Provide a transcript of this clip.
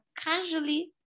casually